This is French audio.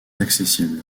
accessible